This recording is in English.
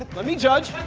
let me judge.